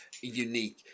unique